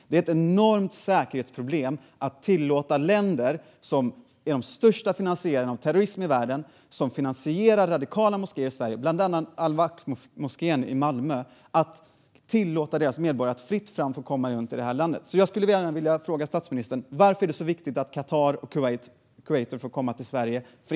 Det är ett enormt säkerhetsproblem att det är fritt fram för medborgare från länder som är de största finansiärerna av terrorism i världen, som finansierar radikala moskéer i Sverige, bland annat al-Wakfmoskén i Malmö, att få komma till det här landet. Jag skulle gärna vilja fråga statsministern varför det är så viktigt att medborgare från Qatar och Kuwait ska få komma till Sverige fritt.